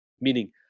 meaning